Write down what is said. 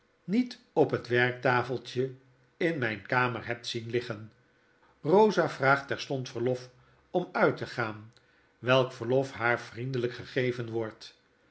niet op het werktafeltje in myn kamer hebt zien liggen rosa vraagt terstond verlof om uit te gaan welk verlof haar vriendelijk gegeven wordt